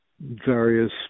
various